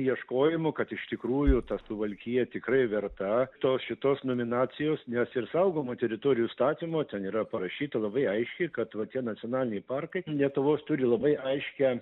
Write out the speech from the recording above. ieškojimų kad iš tikrųjų ta suvalkija tikrai verta to šitos nominacijos nes ir saugomų teritorijų įstatymo ten yra parašyta labai aiškiai kad va tie nacionaliniai parkai lietuvojs turi labai aiškią